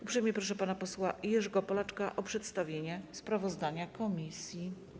Uprzejmie proszę pana posła Jerzego Polaczka o przedstawienie sprawozdania komisji.